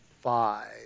five